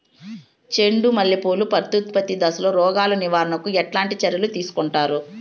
చెండు మల్లె పూలు ప్రత్యుత్పత్తి దశలో రోగాలు నివారణకు ఎట్లాంటి చర్యలు తీసుకుంటారు?